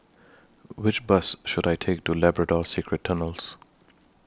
Which Bus should I Take to Labrador Secret Tunnels